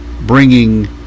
bringing